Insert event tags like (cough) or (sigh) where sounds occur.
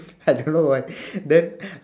I don't know why (breath) then (breath)